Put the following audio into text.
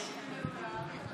לכן אני מבקש לדחות את ההצעה.